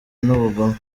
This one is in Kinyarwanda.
n’ubugome